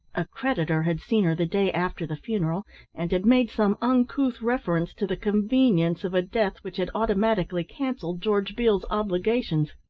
a creditor had seen her the day after the funeral and had made some uncouth reference to the convenience of a death which had automatically cancelled george beale's obligations.